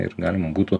ir galima būtų